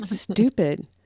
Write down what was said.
stupid